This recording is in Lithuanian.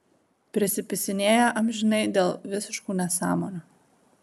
prisipisinėja amžinai dėl visiškų nesąmonių